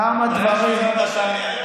כמה דברים: